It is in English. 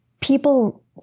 people